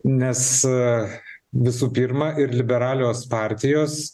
nes visų pirma ir liberalios partijos